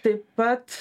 taip pat